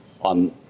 on